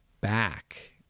back